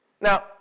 Now